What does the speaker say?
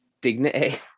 dignity